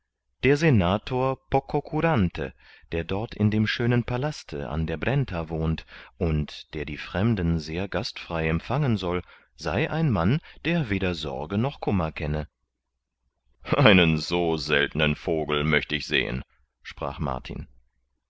der senator pococurante der dort in dem schönen palaste an der brenta wohnt und der die fremden sehr gastfrei empfangen soll sei ein mann der weder sorge noch kummer kenne einen so seltnen vogel möcht ich sehen sprach martin